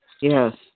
Yes